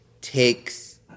takes